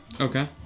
Okay